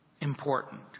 important